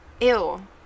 Ew